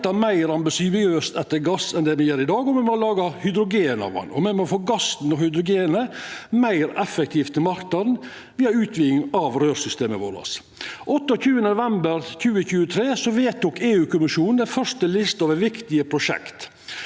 leita meir ambisiøst etter gass enn det me gjer i dag, me må laga hydrogen av han, og me må få gassen og hydrogenet meir effektivt til marknaden via utvidingar av røyrsystemet vårt. 28. november 2023 vedtok EU-kommisjonen den første lista over viktige prosjekt.